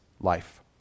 life